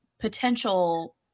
potential